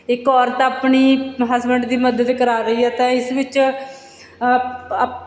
ਇੱਕ ਔਰਤ ਆਪਣੀ ਹਸਬੈਂਡ ਦੀ ਮਦਦ ਕਰਾ ਰਹੀ ਹੈ ਤਾਂ ਇਸ ਵਿੱਚ ਅਪ